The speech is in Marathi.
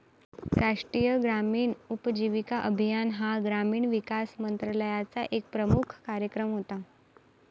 राष्ट्रीय ग्रामीण उपजीविका अभियान हा ग्रामीण विकास मंत्रालयाचा एक प्रमुख कार्यक्रम होता